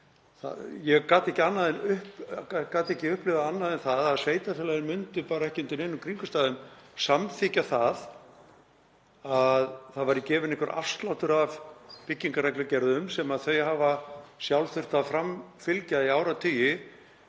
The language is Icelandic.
Ég upplifði því ekki annað en að sveitarfélögin myndu bara ekki undir neinum kringumstæðum samþykkja að það væri gefinn einhver afsláttur af byggingarreglugerðum sem þau hafa sjálf þurft framfylgja í áratugi.